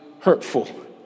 hurtful